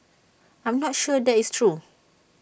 I'm not sure that is true